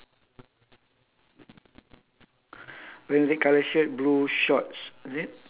it's a brown colour right brown stripe brown and white ya and holding a bowl